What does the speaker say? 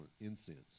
incense